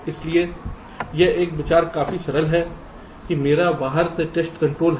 इसलिए यह विचार काफी सरल है कि मेरा बाहर से टेस्ट कंट्रोल है